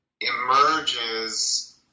emerges